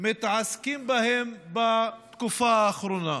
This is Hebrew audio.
מתעסקים בה בתקופה האחרונה.